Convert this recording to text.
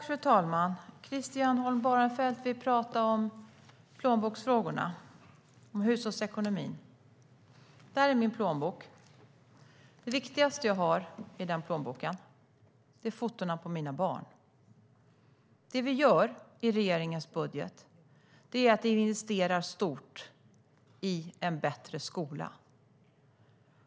Fru talman! Christian Holm Barenfeld vill tala om plånboksfrågorna, om hushållsekonomin. Här är min plånbok. Det viktigaste jag har i den är fotona på mina barn. Det vi gör i vår budget är att investera stort i en bättre skola.